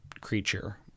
creature